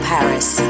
Paris